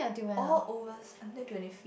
all overs until twenty fifth